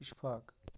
Ishfaq